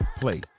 play